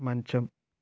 మంచం